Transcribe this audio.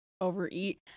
overeat